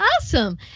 awesome